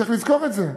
צריך לזכור את זה.